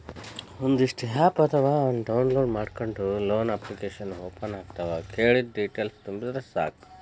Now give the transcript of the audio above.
ಒಂದಿಷ್ಟ ಆಪ್ ಅದಾವ ಅವನ್ನ ಡೌನ್ಲೋಡ್ ಮಾಡ್ಕೊಂಡ ಲೋನ ಅಪ್ಲಿಕೇಶನ್ ಓಪನ್ ಆಗತಾವ ಕೇಳಿದ್ದ ಡೇಟೇಲ್ಸ್ ತುಂಬಿದರ ಸಾಕ